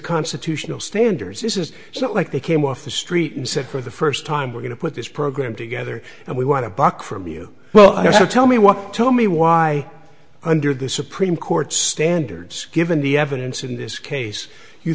constitutional standards this is so like they came off the street and said for the first time we're going to put this program together and we want to block from you well i have to tell me walk tell me why under the supreme court standards given the evidence in this case you